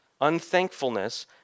Unthankfulness